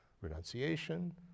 renunciation